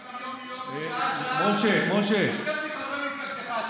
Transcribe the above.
היינו שם יום-יום, שעה-שעה, יותר מחברי מפלגתך.